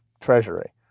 treasury